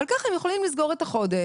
אבל ככה הם יכולים לסגור את החודש,